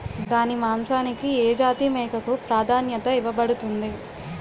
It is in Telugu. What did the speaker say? దాని మాంసానికి ఏ జాతి మేకకు ప్రాధాన్యత ఇవ్వబడుతుంది?